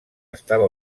estava